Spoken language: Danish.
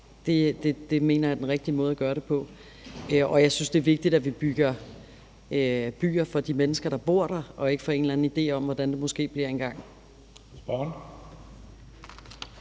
mener jeg er den rigtige måde at gøre det på. Jeg synes, det er vigtigt, at vi bygger byer for de mennesker, der bor der, og ikke for en eller anden idé om, hvordan det måske bliver en gang.